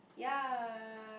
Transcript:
ya